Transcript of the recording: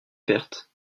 perte